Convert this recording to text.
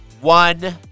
one